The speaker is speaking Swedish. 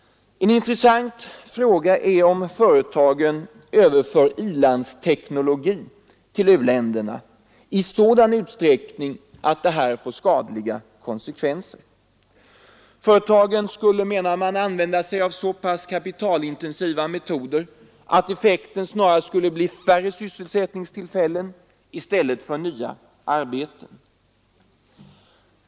En intressant fråga är om företagen överför i-landsteknologi till u-länderna i sådan utsträckning att det får skadliga konsekvenser. Företagen skulle, menar man, använda sig av så pass kapitalintensiva metoder att effekten snarast skulle bli färre sysselsättningstillfällen — i stället för nya arbeten.